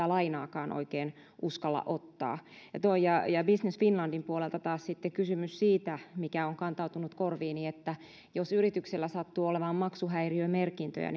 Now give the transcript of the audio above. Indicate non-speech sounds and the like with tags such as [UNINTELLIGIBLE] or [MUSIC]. [UNINTELLIGIBLE] lainaakaan oikein uskalla ottaa business finlandin puolelta taas on kysymys siitä mikä on kantautunut korviini että jos yrityksellä sattuu olemaan maksuhäiriömerkintöjä [UNINTELLIGIBLE]